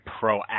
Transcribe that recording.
proactive